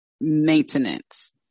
maintenance